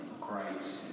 Christ